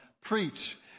preach